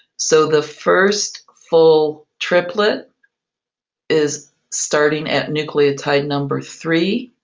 so the first full triplet is starting at nucleotide number three,